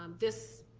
um this